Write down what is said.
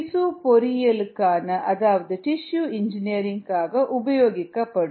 திசு பொறியியலுக்கான அதாவது டிஷ்யூ இன்ஜினியரிங் காக உபயோகிக்கப்படும்